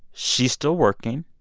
she's still working.